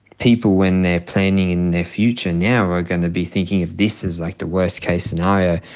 people, when they're planning their future now are going to be thinking if this is like the worst case scenario.